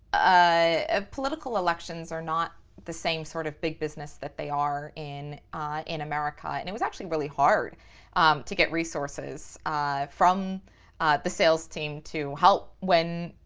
ah political elections are not the same sort of big business that they are in in america. and it was actually really hard to get resources from the sales team to help when,